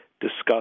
discuss